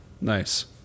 Nice